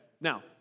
Now